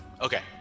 Okay